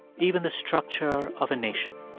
even the structure of a nation